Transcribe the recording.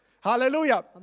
Hallelujah